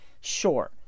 sure